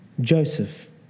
Joseph